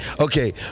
Okay